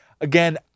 Again